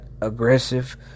aggressive